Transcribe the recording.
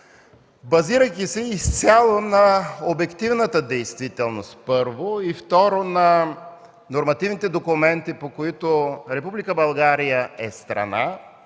Базирайки се изцяло на обективната действителност, първо, и второ, на нормативните документи, по които Република